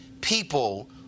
people